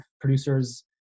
producers